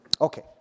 Okay